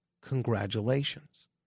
congratulations